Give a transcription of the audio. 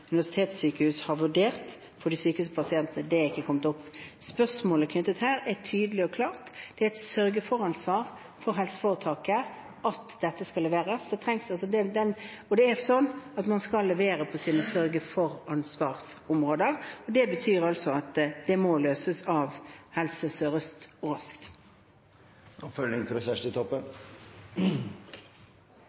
universitetssykehus har vurdert for de sykeste pasientene, ikke har kommet opp. Spørsmålet knyttet til dette er tydelig og klart: Det er et sørge-for-ansvar for helseforetaket at dette skal leveres, og det er sånn at man skal levere på sine sørge-for-ansvar-områder. Det betyr at det må løses av Helse Sør-Øst raskt. Det blir oppfølgingsspørsmål – Kjersti Toppe.